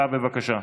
בבקשה.